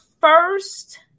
first